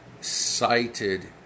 cited